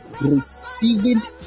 Receiving